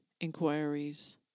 inquiries